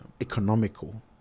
economical